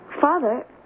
Father